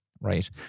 right